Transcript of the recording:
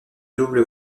double